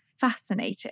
fascinating